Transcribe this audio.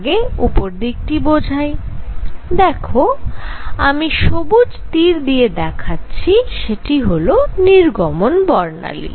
আগে উপরদিকটি বোঝাই দেখো আমি সবুজ তীর দিয়ে দেখাচ্ছি সেটি হল নির্গমন বর্ণালী